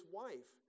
wife